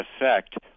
effect